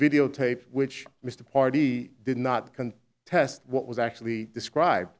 videotape which mr party did not can test what was actually describe